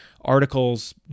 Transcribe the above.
articles